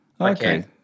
Okay